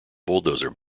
bulldozer